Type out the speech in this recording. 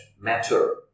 matter